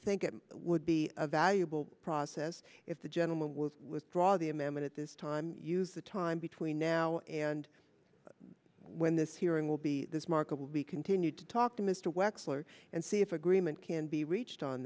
think it would be a valuable process if the gentleman would withdraw the amendment at this time use the time between now and when this hearing will be this market will be continued to talk to mr wexler and see if agreement can be reached on